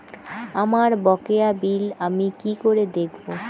আমার বকেয়া বিল আমি কি করে দেখব?